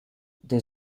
there